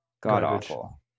god-awful